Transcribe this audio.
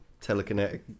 telekinetic